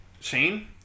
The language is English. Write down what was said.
Shane